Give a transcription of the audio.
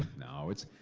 no, it's.